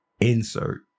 insert